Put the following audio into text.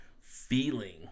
feeling